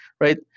right